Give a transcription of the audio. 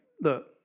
look